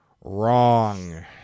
wrong